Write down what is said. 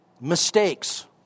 mistakes